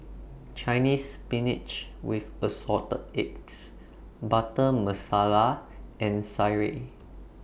Chinese Spinach with Assorted Eggs Butter Masala and Sireh